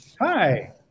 Hi